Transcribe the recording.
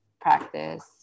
practice